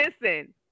listen